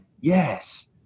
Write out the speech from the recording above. yes